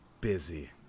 Busy